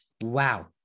wow